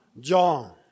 John